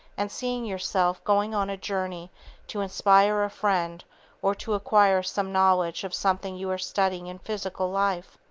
and seeing yourself going on a journey to inspire a friend or to acquire some knowledge of something you are studying in physical life.